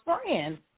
friends